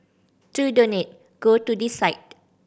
to donate go to this site